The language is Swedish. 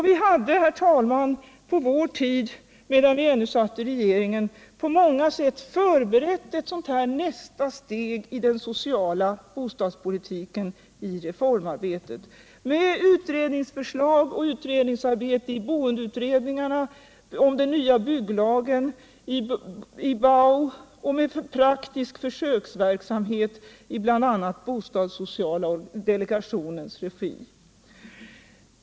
Vi hade, herr talman, när vi satt i regeringen på många sätt förberett detta nästa steg i den sociala bostadspoltiken med förslag och arbete i boendeutredningarna, om den nya bygglagen, BAU, med praktisk försöksverksamhet i bl.a. bostadssociala delegationens regi.